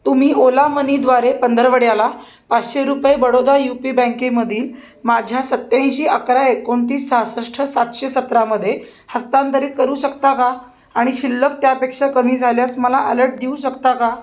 तुम्ही ओला मनीद्वारे पंधरवड्याला पाचशे रुपये बडोदा यू पी बँकेमधील माझ्या सत्त्याऐंशी अकरा एकोणतीस सहासष्ट सातशे सतरामध्ये हस्तांतरित करू शकता का आणि शिल्लक त्यापेक्षा कमी झाल्यास मला अलर्ट देऊ शकता का